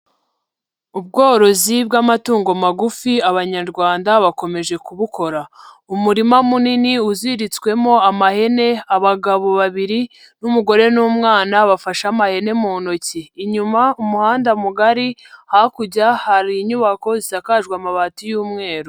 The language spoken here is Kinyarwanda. Ubworozi bw'amatungo magufi Abanyarwanda bakomeje kubukora. Umurima munini uziritswemo amahene, abagabo babiri n'umugore n'umwana bafashe amahene mu ntoki. Inyuma umuhanda mugari, hakurya hari inyubako zisakajwe amabati y'umweru.